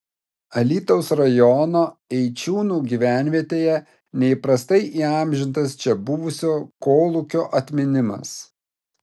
alytaus rajono eičiūnų gyvenvietėje neįprastai įamžintas čia buvusio kolūkio atminimas